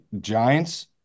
Giants